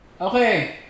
Okay